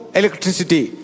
electricity